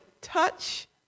touch